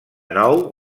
nou